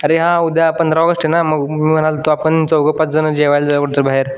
अरे हां उद्या पंधरा ऑगस्ट आहे ना मग मी म्हणत होतो आपण चौघं पाचजणं जेवायला जाऊच कुठं बाहेर